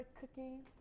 cooking